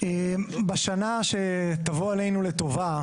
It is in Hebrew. בשנה שתבוא עלינו לטובה,